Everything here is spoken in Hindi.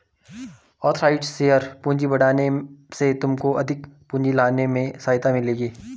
ऑथराइज़्ड शेयर पूंजी बढ़ाने से तुमको अधिक पूंजी लाने में सहायता मिलेगी